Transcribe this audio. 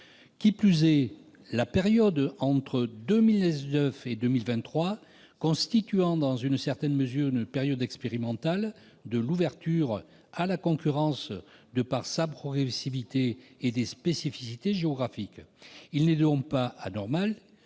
Qui plus est, la période entre 2019 et 2023 constituant dans une certaine mesure une période expérimentale de l'ouverture à la concurrence en raison de sa progressivité et de ses spécificités géographiques,